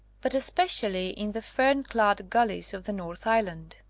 but especially in the fern-clad gul lies of the north island.